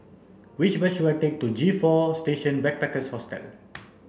which bus should I take to G four Station Backpackers Hostel